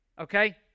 okay